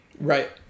Right